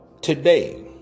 today